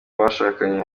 bashakanye